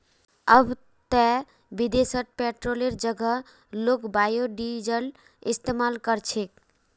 अब ते विदेशत पेट्रोलेर जगह लोग बायोडीजल इस्तमाल कर छेक